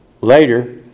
Later